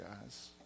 guys